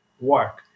work